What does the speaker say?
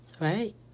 right